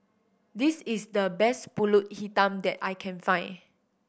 this is the best Pulut Hitam that I can find